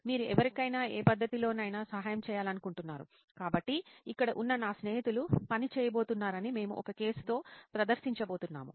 మీరు ఎవరికైనా ఏ పద్ధతిలోనైనా సహాయం చేయాలనుకుంటున్నారు కాబట్టి ఇక్కడ ఉన్న నా స్నేహితులు పని చేయబోతున్నారని మేము ఒక కేసుతో ప్రదర్శించబోతున్నాము